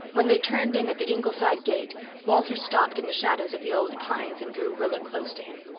when they turned in at the ingleside gate walter stopped in the shadows of the old pines and drew rilla close to him.